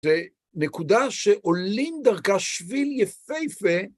זה נקודה שעולים דרכה שביל יפהפה.